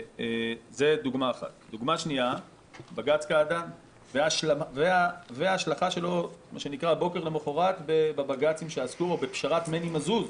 2. בג"ץ קעדאן וההשלכה שלו בוקר למחרת בבג"צים שעשו או בפשרת מני מזוז.